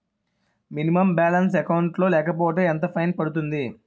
Minimum balance account లో లేకపోతే ఎంత ఫైన్ పడుతుంది?